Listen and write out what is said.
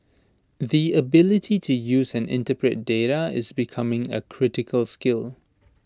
the ability to use and interpret data is becoming A critical skill